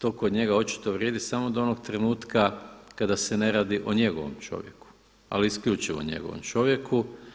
To kod njega očito vrijedi samo do onog trenutka kada se ne radi o njegovom čovjeku, ali isključivo njegovom čovjeku.